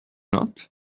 not